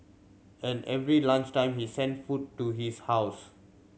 and every lunch time he sent food to his house